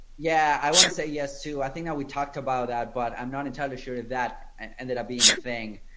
yeah, i want to say yes to i think that we talked about that. but i'm not entirely sure if that ended up being a thing.